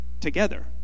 together